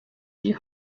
die